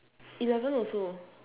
eleven also